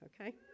okay